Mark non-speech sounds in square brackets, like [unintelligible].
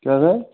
क्या [unintelligible]